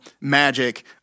magic